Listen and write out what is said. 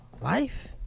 Life